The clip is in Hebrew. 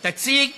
תציג